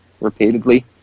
repeatedly